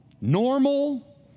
normal